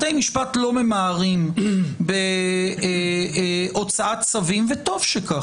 בתי משפט לא ממהרים בהוצאת צווים, וטוב שכך.